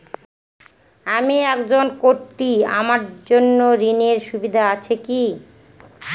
আমি একজন কট্টি আমার জন্য ঋণের সুবিধা আছে কি?